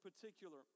particular